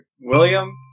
William